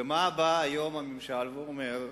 ומה בא היום הממשל ואומר?